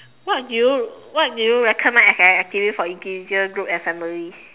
what do you what do you recommend as an activity for individual group and family